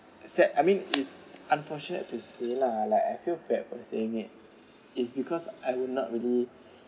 sad I mean it's unfortunate to say lah like I feel bad for saying it is because I will not really